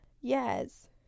Yes